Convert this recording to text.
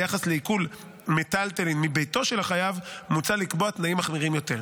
ביחס לעיקול מיטלטלין מביתו של החייב מוצע לקבוע תנאים מחמירים יותר.